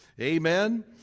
Amen